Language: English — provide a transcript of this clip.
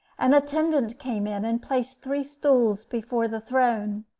an attendant came in, and placed three stools before the throne.